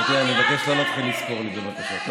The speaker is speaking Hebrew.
אני כבר מכירה בעל פה.